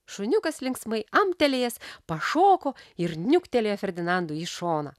šuniukas linksmai amtelėjęs pašoko ir niuktelėjo ferdinandui į šoną